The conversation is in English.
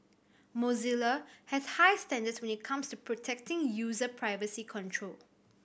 Mozilla has high standards when it comes to protecting user privacy control